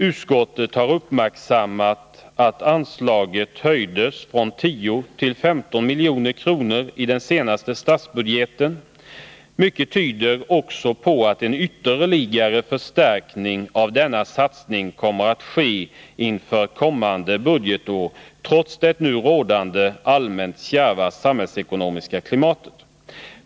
Utskottet har uppmärksammat att anslaget höjdes från 10 till 15 milj.kr. i den senaste statsbudgeten. Mycket tyder också på att en ytterligare förstärkning av denna satsning kommer att ske inför kommande budgetår trots det nu rådande allmänt kärva samhällsekonomiska klimatet.